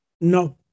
No